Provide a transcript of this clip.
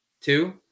Two